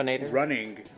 running